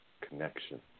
connection